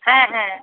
হ্যাঁ হ্যাঁ